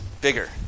Bigger